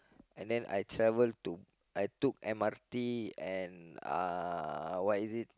and then I travel to I took M_R_T and uh what is it